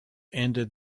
ended